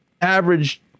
average